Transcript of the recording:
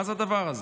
מה זה הדבר הזה?